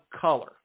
color